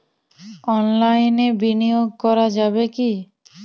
অনলাইনে বিনিয়োগ করা যাবে কি?